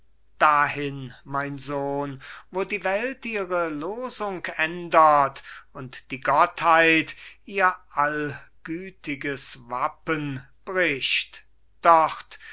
dahin mein sohn wo die welt ihre losung ändert und die gottheit ihr allgütiges wappen bricht dort